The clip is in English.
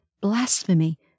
blasphemy